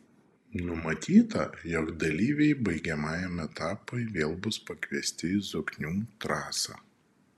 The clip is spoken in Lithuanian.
numatyta jog dalyviai baigiamajam etapui vėl bus pakviesti į zoknių trasą